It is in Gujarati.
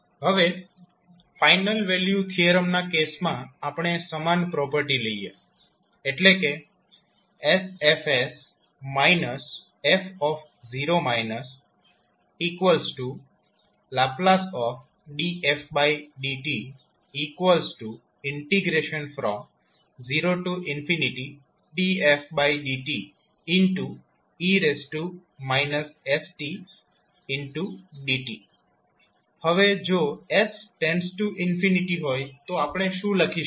હવે ફાઇનલ વેલ્યુ થીયરમ ના કેસમાં આપણે સમાન પ્રોપર્ટી લઈએ એટલે કે sF fℒ dfdt 0dfdte stdt હવે જો s → 0 હોય તો આપણે શું લખી શકીએ